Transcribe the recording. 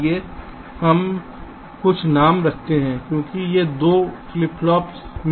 आइए हम कुछ नाम रखते हैं क्योंकि ये 2 फ्लिप फ्लॉप सवाल में हैं